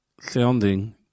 Sounding